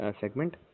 segment